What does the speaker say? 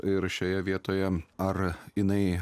ir šioje vietoje ar jinai